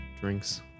drinks